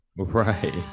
Right